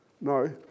No